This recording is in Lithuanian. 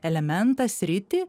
elementą sritį